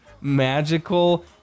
magical